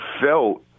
felt